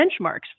benchmarks